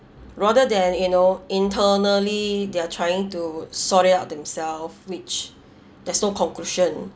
rather than you know internally they are trying to sort it out themselves which there's no conclusion